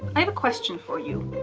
i have a question for you.